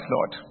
Lord